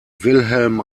wilhelm